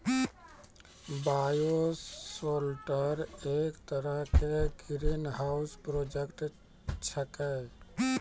bioshelter एक तरह के ग्रीनहाउस प्रोजेक्ट छेकै